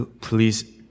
please